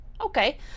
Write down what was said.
Okay